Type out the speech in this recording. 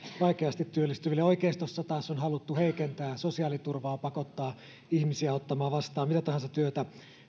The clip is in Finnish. vaikeasti työllistyville oikeistossa taas on haluttu heikentää sosiaaliturvaa pakottaa ihmisiä ottamaan vastaan mitä tahansa työtä